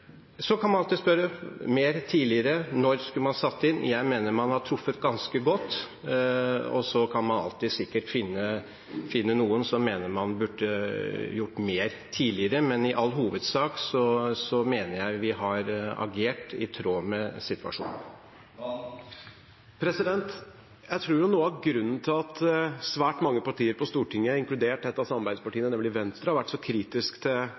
så vidt gjennom de andre partienes alternative budsjetter, at kritikken mot selve budsjettpolitikken er betydelig stilnet. Det tar jeg også som et signal på at man ser viktigheten av å stimulere økonomien i den situasjonen man er i nå. Man kan alltids spørre: Mer? Tidligere? Når skulle man satt inn? Jeg mener man har truffet ganske godt. Man kan alltids finne noen som mener man burde gjort mer tidligere, men i all hovedsak mener jeg vi har agert i tråd med situasjonen. Jeg tror noe